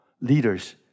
leaders